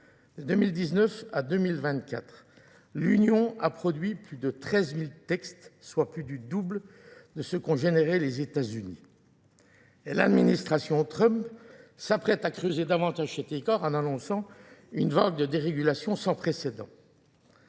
De 2019 à 2024, l'Union a produit plus de 13 000 textes, soit plus du double, de ce qu'ont généré les États-Unis. Et l'administration Trump s'apprête à creuser davantage ses décors en annonçant une vague de dérégulation sans précédent.